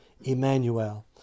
Emmanuel